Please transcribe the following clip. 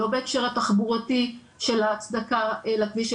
לא בהקשר התחבורתי של ההצדקה לכביש,